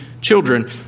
children